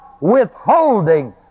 withholding